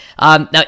Now